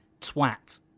Twat